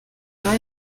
durch